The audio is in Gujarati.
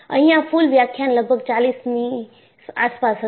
અહિયાં કુલ વ્યાખ્યાન લગભગ ચાલીસની આસપાસ હશે